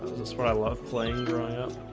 that's what i love playing growing up